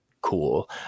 cool